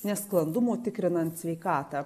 nesklandumų tikrinant sveikatą